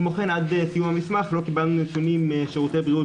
כמו כן עד סיום המסמך לא קיבלנו נתונים משירותי בריאות